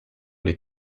les